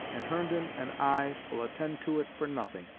and herndon and i will attend to it for nothing